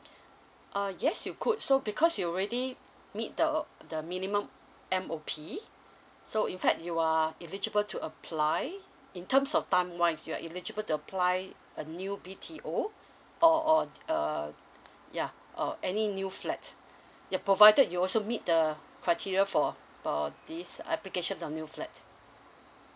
uh yes you could so because you alredy meet the uh the minimum M_O_P so in fact you are eligible to apply in terms of time wise you're eligible to apply a new B_T_O or or uh yeah uh any new flat yup provided you also meet the criteria for for this application of new flat